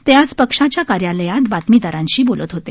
ते आज पक्षाच्या कार्यालयात बातमीदारांशी बोलत होते